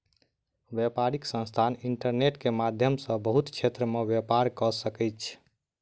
व्यापारिक संस्थान इंटरनेट के माध्यम सॅ बहुत क्षेत्र में व्यापार कअ सकै छै